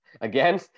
Again